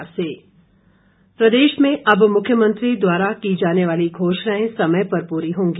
him प्रगति प्रदेश में अब मुख्यमंत्री द्वारा की जाने वाली घोषणाएं समय पर पूरी होंगी